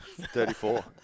34